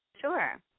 Sure